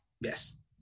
yes